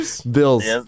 Bills